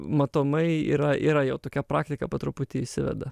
matomai yra yra jau tokia praktika po truputį įsiveda